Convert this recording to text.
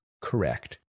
correct